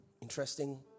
interesting